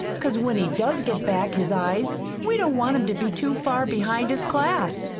cause when he does get back his eyes we don't want him to be too far behind his class.